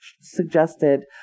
suggested